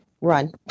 run